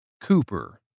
Cooper